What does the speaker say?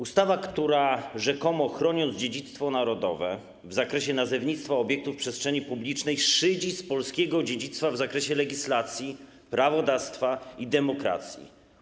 Ustawa, która rzekomo chroniąc dziedzictwo narodowe w zakresie nazewnictwo obiektów w przestrzeni publicznej, szydzi z polskiego dziedzictwa w zakresie legislacji, prawodawstwa i demokracji.